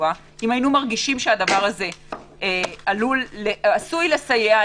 תחלואה אם היינו מרגישים שזה עשוי לסייע,